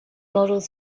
models